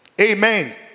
Amen